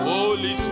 Holy